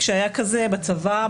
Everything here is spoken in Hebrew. כשהיה כזה בצבא,